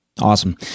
Awesome